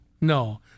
No